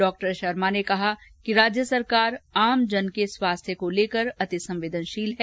डॉ शर्मा ने कहा कि राज्य सरकार आमजन के स्वास्थ्य को लेकर अति संवेदनशील है